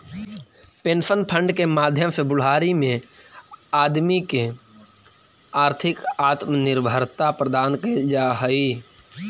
pension fund के माध्यम से बुढ़ारी में आदमी के आर्थिक आत्मनिर्भरता प्रदान कैल जा हई